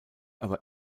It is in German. aber